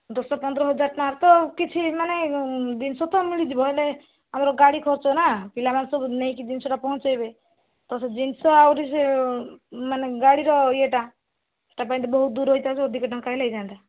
ଦଶ ପନ୍ଦର ହଜାର ଟଙ୍କାର ତ କିଛି ମାନେ ଜିନିଷ ତ ମିଳିଯିବ ହେଲେ ଆମର ଗାଡ଼ି ଖର୍ଚ୍ଚ ନା ପିଲାମାନେ ସବୁ ନେଇକି ଜିନିଷଟା ପହଞ୍ଚେଇବେ ତ ଜିନିଷ ଆହୁରି ସେ ମାନେ ଗାଡ଼ିର ଇଏଟା ସେଇଟା ପାଇଁ ତ ବହୁତ ଦୂର ସେଇଟା ତ ଅଧିକ ଟଙ୍କା ହେଇଥିଲେ ହେଇଥାନ୍ତା